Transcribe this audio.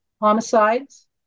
homicides